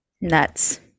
nuts